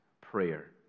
prayer